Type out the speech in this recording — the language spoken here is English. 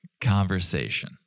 conversation